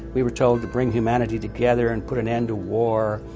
we were told, to bring humanity together and put an end to war,